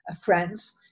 friends